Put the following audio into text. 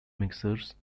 mixers